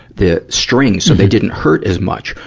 the strings, so they didn't hurt as much,